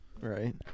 Right